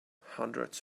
hundreds